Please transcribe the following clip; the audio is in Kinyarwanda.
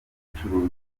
kubicuruza